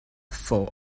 foe